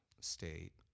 state